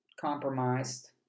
compromised